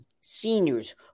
seniors